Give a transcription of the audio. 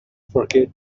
forget